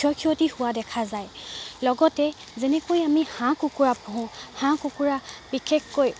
ক্ষয়ক্ষতি হোৱা দেখা যায় লগতে যেনেকৈ আমি হাঁহ কুকুৰা পোহোঁ হাঁহ কুকুৰা বিশেষকৈ